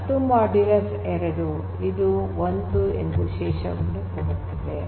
100 2 0 ಅನ್ನು ಶೇಷವನ್ನಾಗಿ ಕೊಡುತ್ತದೆ